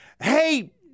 hey